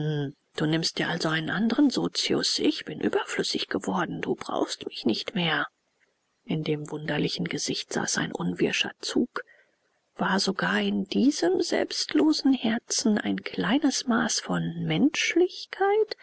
du nimmst dir also einen andren sozius ich bin überflüssig geworden du brauchst mich nicht mehr in dem wunderlichen gesicht saß ein unwirscher zug war sogar in diesem selbstlosen herzen ein kleines maß von menschlichkeit